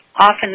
often